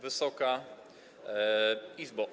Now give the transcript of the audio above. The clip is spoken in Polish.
Wysoka Izbo!